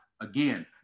again